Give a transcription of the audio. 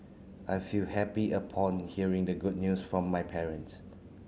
I feel happy upon hearing the good news from my parents